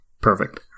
Perfect